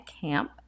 camp